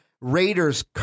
Raiders